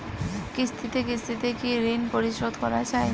কিস্তিতে কিস্তিতে কি ঋণ পরিশোধ করা য়ায়?